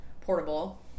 portable